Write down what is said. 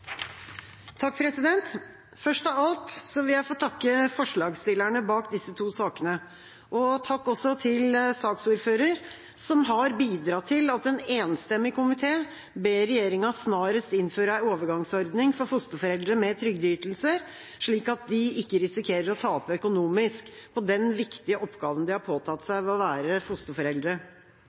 Først av alt vil jeg få takke forslagsstillerne bak disse to sakene. Takk også til saksordføreren, som har bidratt til at en enstemmig komité ber regjeringa snarest innføre en overgangsordning for fosterforeldre med trygdeytelser, slik at de ikke risikerer å tape økonomisk på den viktige oppgaven de har påtatt seg ved å være fosterforeldre.